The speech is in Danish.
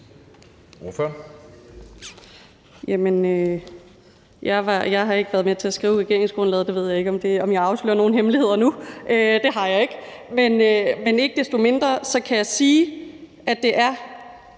Fie Hækkerup (S): Jeg har ikke været med til at skrive regeringsgrundlaget. Jeg ved ikke, om jeg afslører nogen hemmeligheder nu. Det har jeg ikke. Men ikke desto mindre kan jeg sige, at det er